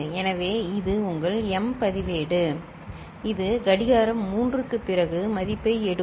எனவே இது உங்கள் m பதிவேடு இது கடிகாரம் 3 க்குப் பிறகு மதிப்பை எடுக்கும்